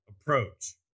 approach